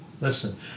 Listen